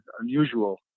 unusual